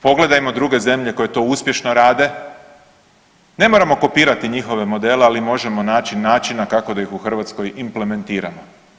Pogledajmo druge zemlje koje to uspješno rade, ne moramo kopirati njihove modele, ali možemo naći načina kako da ih u Hrvatskoj implementiramo.